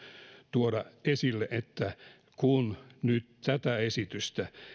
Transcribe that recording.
tuoda esille että kun nyt tätä esitystä